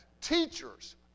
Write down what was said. Teachers